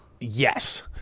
Yes